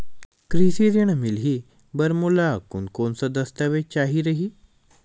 कृषि ऋण मिलही बर मोला कोन कोन स दस्तावेज चाही रही?